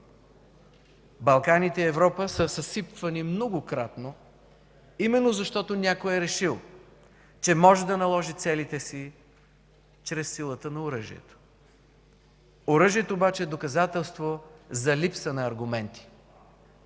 Балканите и Европа са съсипвани многократно, именно защото някой е решил, че може да наложи целите си чрез силата на оръжието. Оръжието обаче е доказателство за липса на аргументи.